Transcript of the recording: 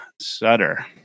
Sutter